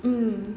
mm